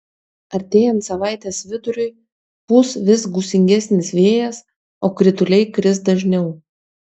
artėjant savaitės viduriui pūs vis gūsingesnis vėjas o krituliai kris dažniau